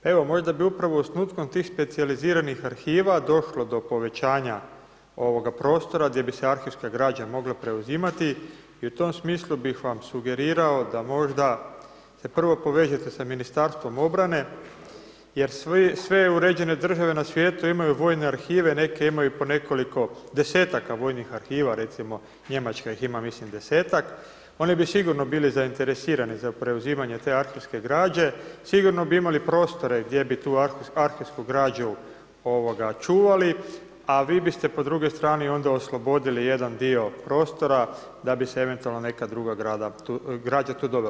Evo možda bi upravo osnutkom tih specijaliziranih arhiva došlo do povećanja prostora gdje bi se arhivska građa mogla preuzimati i u tom smislu bih vam sugerirao da možda se prvo povežete sa Ministarstvom obrane jer sve uređene države na svijetu imaju vojne arhive, neke imaju i po nekoliko desetaka vojnih arhiva, recimo Njemačka ih ima mislim desetak, oni bi sigurno bili zainteresirani za preuzimanje te akcijske građe, sigurno bi imali prostore gdje bi tu arhivsku građu čuvali, a vi biste po drugoj strani onda oslobodili jedan dio prostora da bi se eventualno neka druga građa tu dovela.